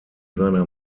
seiner